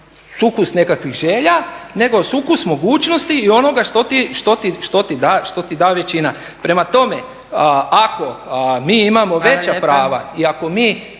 sukus nekakvih želja, nego sukus mogućnosti i onoga što ti da većina. Prema tome, ako mi imamo veća prava i ako mi